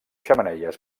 xemeneies